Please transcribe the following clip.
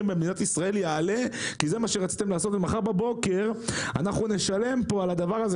במדינת ישראל יעלה ומחר בבוקר אנחנו נשלם על הדבר הזה,